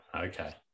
okay